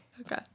Okay